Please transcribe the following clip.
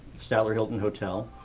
statler hilton hotel.